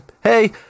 hey